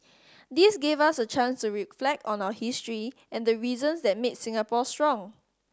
this gave us a chance to reflect on our history and the reasons that made Singapore strong